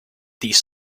these